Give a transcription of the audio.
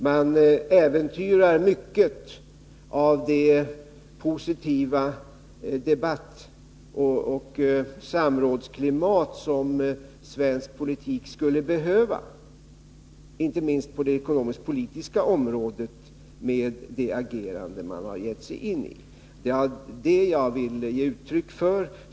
Man äventyrar mycket av det positiva debattoch samrådsklimat som svensk politik skulle behöva, inte minst på det ekonomisk-politiska området, med det agerande man har gett sig in på. Det var det jag ville ge uttryck för.